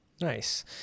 Nice